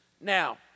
now